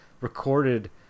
recorded